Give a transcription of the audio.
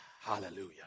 Hallelujah